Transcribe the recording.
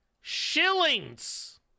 shillings